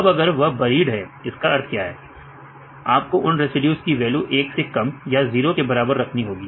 अब अगर वह बरीड है इसका अर्थ क्या है आपको उन रेसिड्यूज की वैल्यू 1 से कम या जीरो के बराबर रखनी होगी